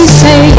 say